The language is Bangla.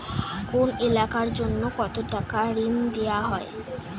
কোন এলাকার জন্য কত টাকা ঋণ দেয়া হয়?